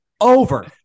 over